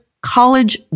college